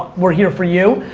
we're here for you.